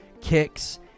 kicks